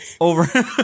Over